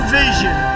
vision